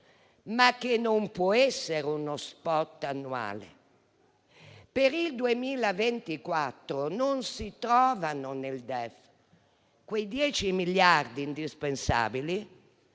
non può essere uno *spot* annuale. Per il 2024 non si trovano nel DEF quei 10 miliardi indispensabili